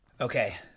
Okay